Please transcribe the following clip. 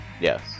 yes